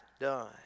done